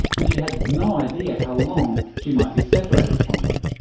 and she had no idea how long she might be separated from them.